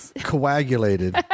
coagulated